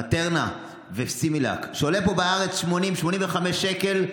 מטרנה וסימילאק, שעולה פה בארץ 80 85 שקל.